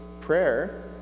prayer